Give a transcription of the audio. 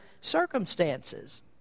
circumstances